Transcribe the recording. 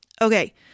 Okay